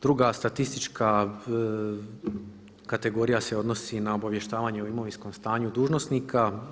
Druga statistička kategorija se odnosi na obavještavanje o imovinskom stanju dužnosnika.